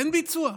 אין ביצוע.